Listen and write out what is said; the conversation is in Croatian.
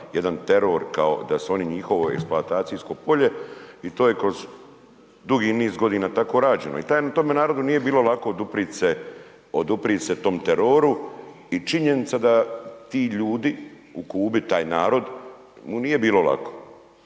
jedan teror kao da su oni njihovo eksploatacijsko polje i to je kroz dugi niz godina tako rađeno i tome narodu nije bilo lako oduprijeti se tom teroru. I činjenica da ti ljudi u Kubi, taj narod mu nije bilo lako,